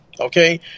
Okay